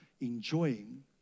enjoying